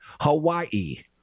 Hawaii